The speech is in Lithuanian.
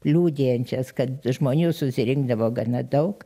liudijančias kad žmonių susirinkdavo gana daug